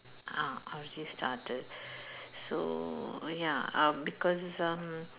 ah already started so oh ya uh because um